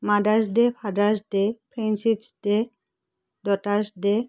mother's day father's day friendships day daughter's day